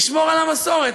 נשמור על המסורת.